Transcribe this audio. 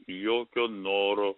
jokio noro